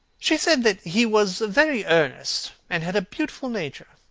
she said that he was very earnest and had a beautiful nature.